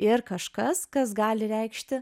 ir kažkas kas gali reikšti